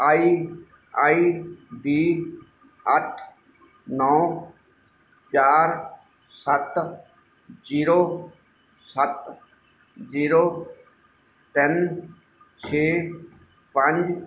I I D ਅੱਠ ਨੌਂ ਚਾਰ ਸੱਤ ਜ਼ੀਰੋ ਸੱਤ ਜ਼ੀਰੋ ਤਿੰਨ ਛੇ ਪੰਜ